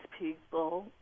people